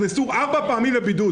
ארבע פעמים לבידוד.